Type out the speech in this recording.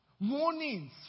warnings